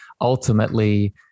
ultimately